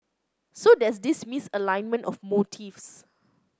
so there's this misalignment of motives